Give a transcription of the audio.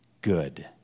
good